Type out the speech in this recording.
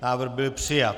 Návrh byl přijat.